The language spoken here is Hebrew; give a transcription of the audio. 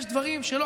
יש דברים שלא,